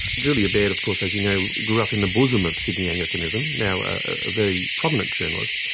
julia baird of course as you know, grew up in the bosom of sydney anglicanism, now a very prominent journalist,